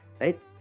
right